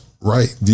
right